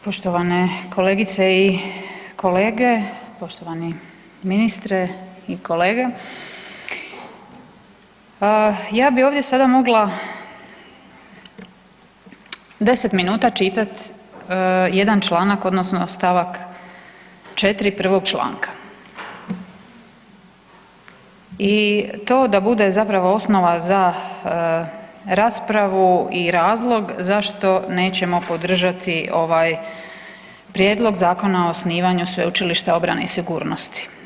Poštovane kolegice i kolege, poštovani ministre i kolege, ja bih ovdje sada mogla 10 minuta čitat jedan članak odnosno stavak 4. prvog članka i to da bude zapravo osnova za raspravu i razlog zašto nećemo podržati ovaj Prijedlog Zakona o osnivanju Sveučilišta obrane i sigurnosti.